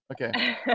Okay